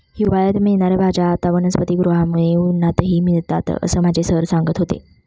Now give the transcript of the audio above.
हिवाळ्यात मिळणार्या भाज्या आता वनस्पतिगृहामुळे उन्हाळ्यातही मिळतात असं माझे सर सांगत होते